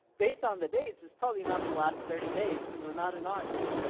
based on the dates, it's probably not the last thirty days, cause we're not in august,